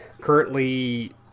currently